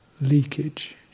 leakage